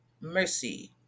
mercy